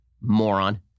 Moron